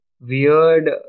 weird